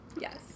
Yes